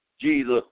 Jesus